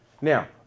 Now